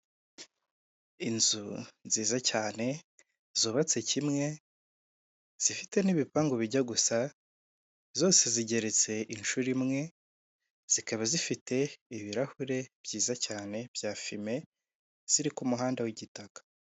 Inzu nziza cyane zubatse kimwe, zifite n'ibipangu bijya gusa, zose zigeretse inshuro imwe, zikaba zifite ibirahure byiza cyane bya fime, ziri ku muhanda w'igitaka.